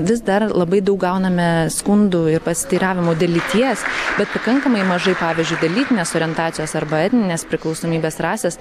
vis dar labai daug gauname skundų ir pasiteiravimų dėl lyties bet pakankamai mažai pavyzdžiui lytinės orientacijos arba etninės priklausomybės rasės